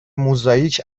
موزاییک